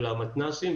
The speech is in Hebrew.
אלא מתנ"סים,